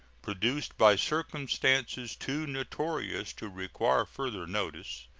produced by circumstances too notorious to require further notice,